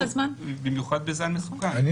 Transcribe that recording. במיוחד בזן מסוכן.